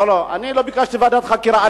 לא, אני לא ביקשתי ועדת חקירה.